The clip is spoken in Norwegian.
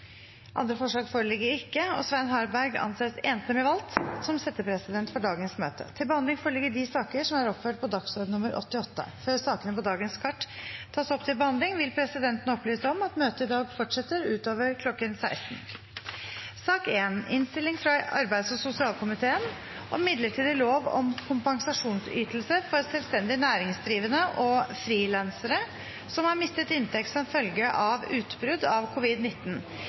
Andre forslag foreligger ikke, og Svein Harberg anses enstemmig valgt som settepresident for dagens møte. Før sakene på dagens kart tas opp til behandling, vil presidenten opplyse om at møtet i dag fortsetter utover kl. 16. Etter ønske fra arbeids- og sosialkomiteen vil presidenten ordne debatten slik: 5 minutter til hver partigruppe og 5 minutter til medlemmer av regjeringen. Videre vil det – innenfor den fordelte taletid – bli gitt anledning til inntil seks replikker med svar etter innlegg fra medlemmer av regjeringen, og de som